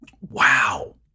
Wow